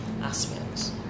aspects